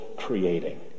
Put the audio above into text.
creating